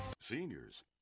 Seniors